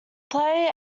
play